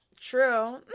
true